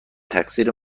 تقصیر